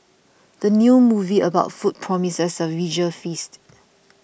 the new movie about food promises a visual feast